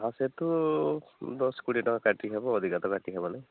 ଆଉ ସେଇଠୁ ଦଶ କୋଡ଼ିଏ ଟଙ୍କା କାଟି ହେବ ଅଧିକା ତ କାଟି ହେବ ନାଇଁ